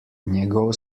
njegov